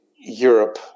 Europe